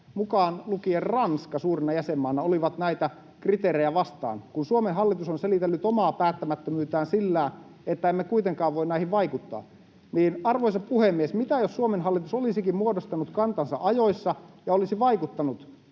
mukaan lukien Ranska suurena jäsenmaana, oli näitä kriteerejä vastaan. Kun Suomen hallitus on selitellyt omaa päättämättömyyttään sillä, että emme kuitenkaan voi näihin vaikuttaa, niin arvoisa puhemies, mitä jos Suomen hallitus olisikin muodostanut kantansa ajoissa ja olisi vaikuttanut?